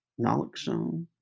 naloxone